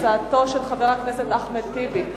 הצעתו של חבר הכנסת אחמד טיבי,